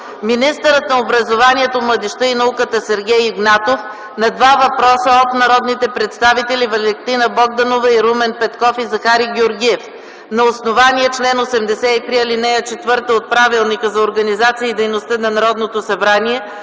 министърът на образованието, младежта и науката Сергей Игнатов на два въпроса от народните представители Валентина Богданова, и Румен Петков и Захари Георгиев. На основание чл. 83, ал. 4 от Правилника за организацията и дейността на Народното събрание